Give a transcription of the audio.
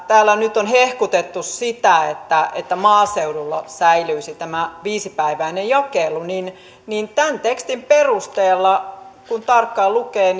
täällä on nyt hehkutettu sitä että että maaseudulla säilyisi tämä viisipäiväinen jakelu niin niin tämän tekstin perusteella kun tarkkaan lukee